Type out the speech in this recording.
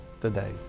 today